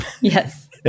Yes